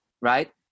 right